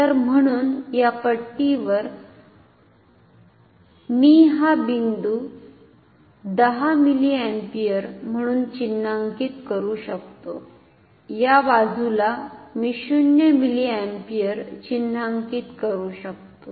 तर म्हणून या पट्टीवर मी हा बिंदू 10 मिलिअम्पियर म्हणून चिन्हांकित करू शकतो या बाजूला मी 0 मिलिअम्पियर चिन्हांकित करू शकतो